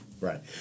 right